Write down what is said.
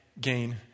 gain